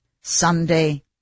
Sunday